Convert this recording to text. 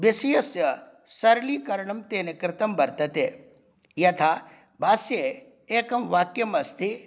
विसयस्य सरलीकरणं तेन कृतं वर्तते यथा भाष्ये एकं वाक्यमस्ति